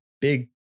big